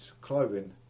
clothing